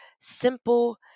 simple